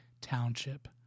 Township